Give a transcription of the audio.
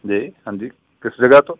ਜੀ ਹਾਂਜੀ ਕਿਸ ਜਗ੍ਹਾ ਤੋਂ